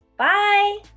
Bye